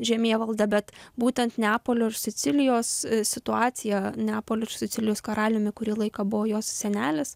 žemėvaldą bet būtent neapolio ir sicilijos situacija neapolio sicilijos karaliumi kurį laiką buvo jos senelis